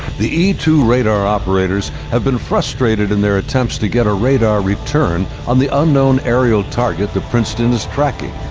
the e two radar operators have been frustrated in their attempts to get a radar return on the unknown aerial target that princeton is tracking.